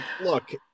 look